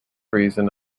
reason